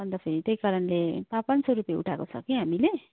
अन्त फेरि त्यही कारणले पाँच पाँच सौ रुपियाँ उठाएको छ कि हामीले